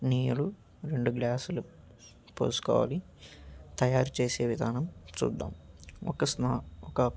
నీరు రెండు గ్లాసులు పోసుకోవాలి తయారు చేేసే విధానం చూద్దాం ఒక స్నా ఒక